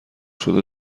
شده